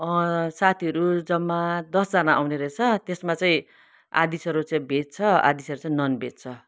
साथीहरू जम्मा दसजना आउने रहेछ त्यसमा चाहिँ आधासरो चाहिँ भेज छ आधासरो चाहिँ नन भेज छ